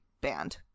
banned